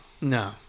no